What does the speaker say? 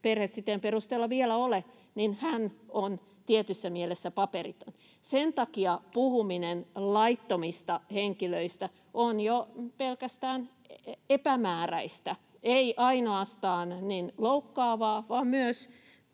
perhesiteen perusteella vielä ole, hän on tietyssä mielessä paperiton. Sen takia puhuminen laittomista henkilöistä on jo pelkästään epämääräistä eikä ainoastaan loukkaavaa vaan myös